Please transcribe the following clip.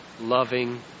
loving